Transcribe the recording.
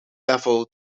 level